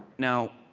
now,